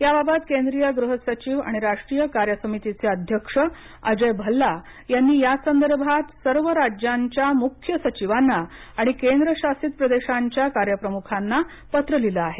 याबाबत केंद्रीय गृह सचिव आणि राष्ट्रीय कार्य समितीचे अध्यक्ष अजय भल्ला यांनी यासंदर्भात सर्व राज्यांच्या मुख्य सचिवांना आणि केंद्रशासित प्रदेशांच्या कार्याप्रमुखाना पत्र लिहलं आहे